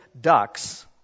ducks